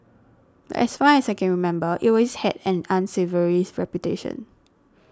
but as far as I can remember it always had an unsavoury reputation